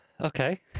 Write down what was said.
okay